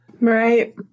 Right